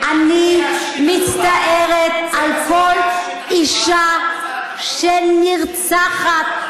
אני מצטערת על כל אישה שנרצחת,